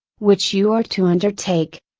which you are to undertake,